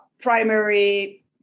primary